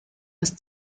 bis